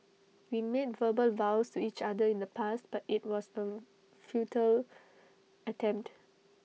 we made verbal vows to each other in the past but IT was A futile attempt